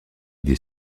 des